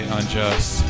Unjust